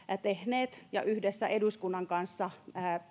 tehneet ja joista olemme yhdessä eduskunnan kanssa